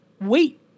Wait